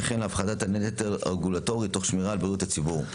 וכן להפחתת הנטל הרגולטורי תוך שמירה על בריאות הציבור.